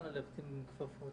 הלכתי לגוש השני: